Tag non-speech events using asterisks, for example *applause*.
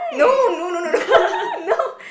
no no no no no no *laughs* no